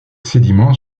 sédiments